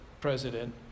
president